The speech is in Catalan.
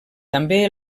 també